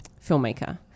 filmmaker